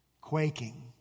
quaking